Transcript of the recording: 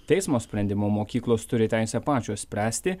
teismo sprendimu mokyklos turi teisę pačios spręsti